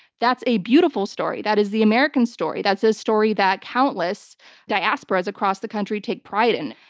that's a beautiful story. that is the american story. that's a story that countless diasporas across the country take pride in.